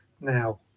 now